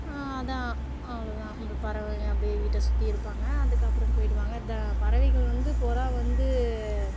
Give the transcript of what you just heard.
அதுதான் அவ்வளோ தான் இந்த பறவைங்கள் அப்படியே வீட்டை சுற்றி இருப்பாங்கள் அதுக்கப்புறம் போயிடுவாங்கள் அந்த பறவைகள் வந்து புறா வந்து